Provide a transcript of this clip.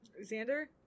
Xander